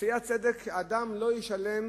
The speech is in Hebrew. שאדם לא ישלם